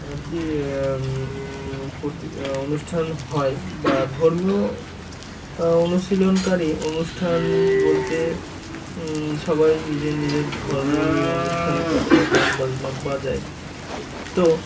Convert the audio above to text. আর কি প্রতি অনুষ্ঠান হয় বা ধর্মীয় অনুশীলনকারী অনুষ্ঠান বলতে সবাই নিজের নিজের ধর্ম নিয়ে অনুষ্ঠান করে ও গান বাজনা বাজায় তো